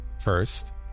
First